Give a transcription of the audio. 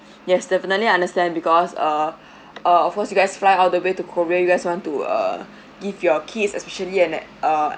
yes definitely I understand because err uh of course you guys fly all the way to korea you guys want to err give your kids especially an a~ err